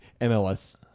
MLS